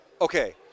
okay